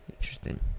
Interesting